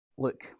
Look